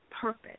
purpose